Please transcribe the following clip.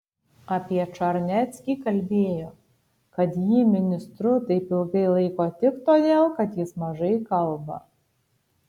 apie čarneckį kalbėjo kad jį ministru taip ilgai laiko tik todėl kad jis mažai kalba